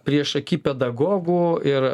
priešaky pedagogų ir